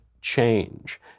change